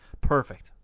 Perfect